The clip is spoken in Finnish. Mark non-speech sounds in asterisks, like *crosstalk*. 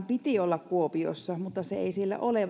*unintelligible* piti olla kuopiossa mutta se ei siellä ole *unintelligible*